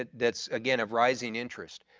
ah that's again of rising interest,